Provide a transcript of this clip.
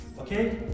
Okay